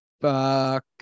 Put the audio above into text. Fuck